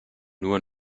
nur